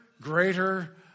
greater